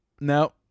No